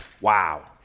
Wow